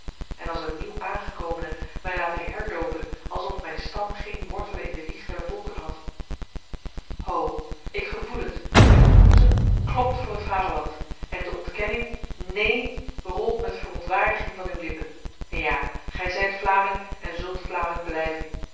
en als een nieuw aangekomene mij laten herdopen alsof mijn stam geen wortelen in de wieg der volken had ho ik gevoel het uw boezem klopt voor het vaderland en de ontkenning neen rolt met verontwaardiging van uw lippen ja gij zijt vlaming en zult vlaming blijven